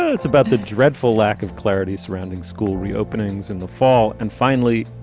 it's about the dreadful lack of clarity surrounding school reopenings in the fall. and finally,